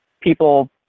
people